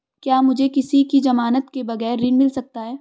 क्या मुझे किसी की ज़मानत के बगैर ऋण मिल सकता है?